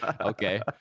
Okay